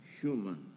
human